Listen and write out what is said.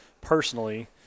personally